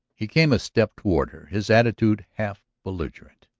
he came a step toward her, his attitude half belligerent.